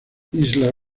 isla